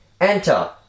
Enter